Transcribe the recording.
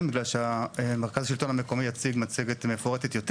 בגלל שמרכז השלטון המקומי יציג מצגת מפורטת יותר.